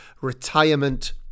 retirement